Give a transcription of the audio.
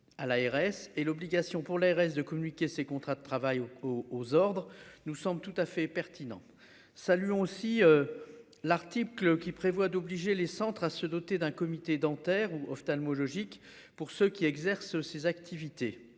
À l'ARS et l'obligation pour les restes de communiquer ces contrats de travail au aux ordres. Nous sommes tout à fait pertinent. Ça lui aussi. L'article qui prévoit d'obliger les centres à se doter d'un comité dentaires ou ophtalmologiques pour ceux qui exerce ses activités.